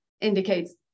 indicates